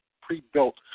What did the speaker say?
pre-built